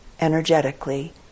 energetically